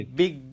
big